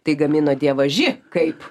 tai gamino dievaži kaip